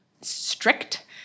strict